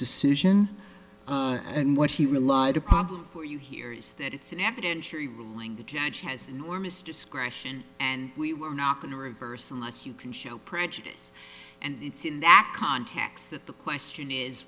decision and what he relied a problem for you here is that it's an evidentiary ruling the judge has enormous discretion and we were not going to reverse unless you can show prejudice and it's in that context that the question is